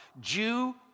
Jew